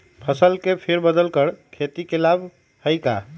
फसल के फेर बदल कर खेती के लाभ है का?